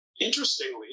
interestingly